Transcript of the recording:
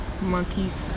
monkeys